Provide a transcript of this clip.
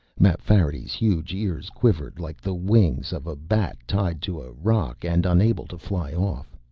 mapfarity's huge ears quivered like the wings of a bat tied to a rock and unable to fly off.